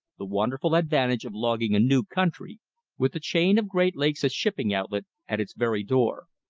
the wonderful advantage of logging a new country with the chain of great lakes as shipping outlet at its very door.